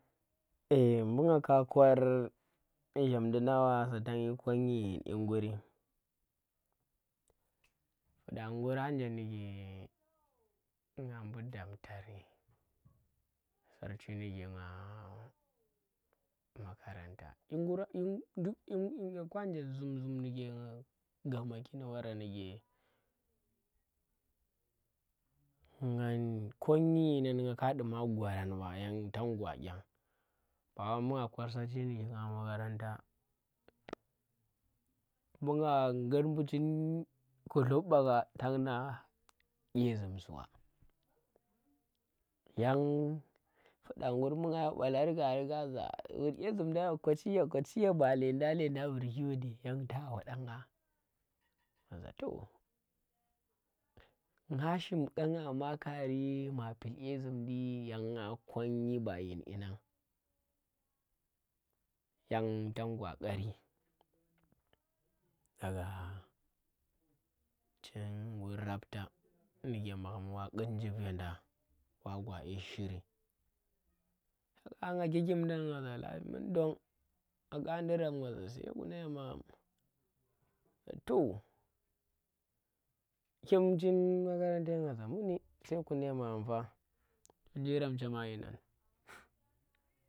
Ee mbu nga ka kor si zhamudi wa sa tang yi konnyi dyin ingur fuɗa ngura nje ndike ndike nga bu damtari sarchi ndike nga makaranta dyi nguran nduk dyi dyi nguranje zum zum nike ga gamaki ndi wara ndike nang konnyi nyinan nga ka duma gwarangba yang tang gwa bawa wa mbu nga kor sarchi ndike nga makaranta, mbu nga ngut mbu chin kuhlub ba nga tang na dye zum su wa yang fuɗa ngur mbu nga balar kari ka za vur dye zumdang yo kochiya, kochiya ba llendang llendang virki yo dee yang ta wadang gha, nga za toh, nga shim kanga maa kari maa pil dye zumndi yan nga konnyi ba yin dyinnan yang tang gwa ƙarri daga chin raptang, ndike magham wa kung njib yenda wa gwa dye shiri tu kanga ki kimdang ngaza lafi mundong za kandi rab nga za sai kunna ye magham za toh kim chin makarante nga za muni sai kuna ye magham fa wunnje rem chema dyinan